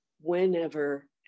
whenever